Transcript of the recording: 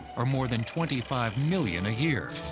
or more than twenty five million a year.